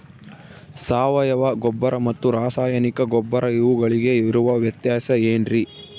ಸಾವಯವ ಗೊಬ್ಬರ ಮತ್ತು ರಾಸಾಯನಿಕ ಗೊಬ್ಬರ ಇವುಗಳಿಗೆ ಇರುವ ವ್ಯತ್ಯಾಸ ಏನ್ರಿ?